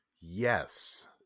yes